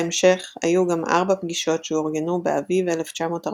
בהמשך היו גם ארבע פגישות שאורגנו באביב 1945